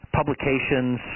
publications